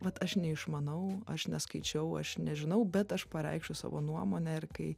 vat aš neišmanau aš neskaičiau aš nežinau bet aš pareikšiu savo nuomonę ir kai